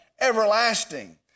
everlasting